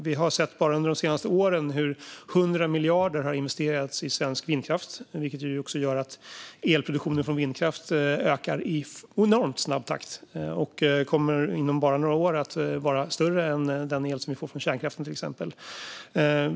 Vi har bara under de senaste åren sett hur 100 miljarder har investerats i svensk vindkraft, vilket också gör att elproduktionen från vindkraft ökar i enormt snabb takt och bara inom några år kommer att vara större än den el som vi får från kärnkraften, till exempel.